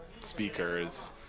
speaker's